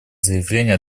заявление